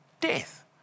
death